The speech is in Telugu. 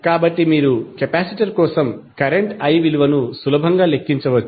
కాబట్టి మీరు కెపాసిటర్ కోసం కరెంట్ i విలువను సులభంగా లెక్కించవచ్చు